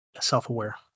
Self-aware